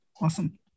Awesome